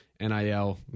NIL